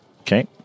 Okay